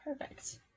Perfect